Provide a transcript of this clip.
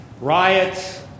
riots